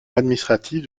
administrative